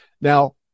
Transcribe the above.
Now